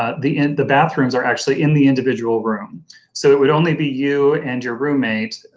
ah the and the bathrooms are actually in the individual room so it would only be you and your roommate,